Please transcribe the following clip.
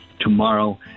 tomorrow